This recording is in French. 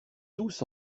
tous